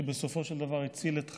שבסופו של דבר הציל את חייו,